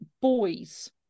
boys